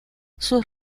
sus